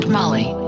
Molly